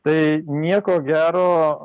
tai nieko gero